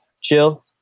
chill